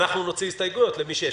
אנחנו נוציא הסתייגויות למי שיש.